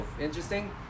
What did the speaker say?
Interesting